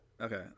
Okay